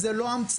זאת לא המצאה.